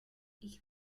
ich